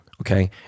okay